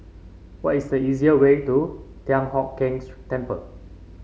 what is the easiest way to Thian Hock Keng Temple